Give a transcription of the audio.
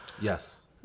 Yes